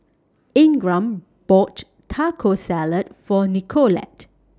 Ingram bought Taco Salad For Nicolette